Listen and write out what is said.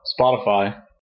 spotify